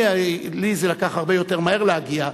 לי זה לקח הרבה יותר מהר להגיע,